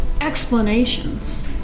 explanations